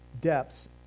depths